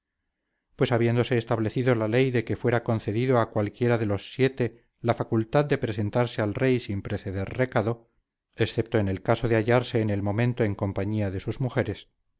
pues habiéndose establecido la ley de que fuera concedido a cualquiera de los siete la facultad de presentarse al rey sin preceder recado excepto en el caso de hallarse en el momento en compañía de sus mujeres